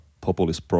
populist